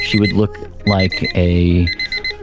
she would look like a